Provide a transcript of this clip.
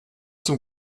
zum